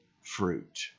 fruit